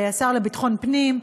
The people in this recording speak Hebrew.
השר לביטחון הפנים,